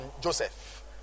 Joseph